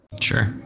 Sure